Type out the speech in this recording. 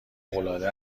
العاده